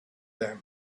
them